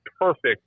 perfect